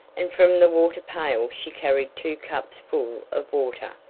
and from the water pail she carried two cups full of water,